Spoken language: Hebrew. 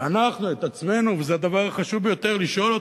אנחנו את עצמנו, וזה הדבר החשוב ביותר לשאול אותו: